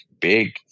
big